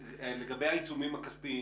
לגבי העיצומים הכספיים?